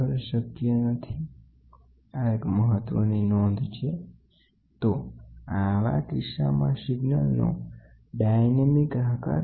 તો આપણે ટોર્ક માપવા માંગતા હોઈએ પણ તે બિંદુ એ ક્યાંતો કપલિંગ કે પછી ગિયરબોક્સ હોય અથવા એનર્શિયા ફ્લેક્સીબિલિટી હોય તો તો આવા કિસ્સામાં સિગ્નલનો ડાયનેમિક આકાર બદલાવવામાં આવે છે